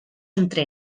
entre